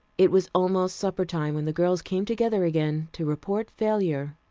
it was almost supper time when the girls came together again to report failure.